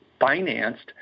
financed